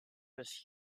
was